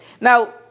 Now